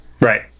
right